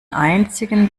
einzigen